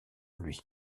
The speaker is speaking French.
lui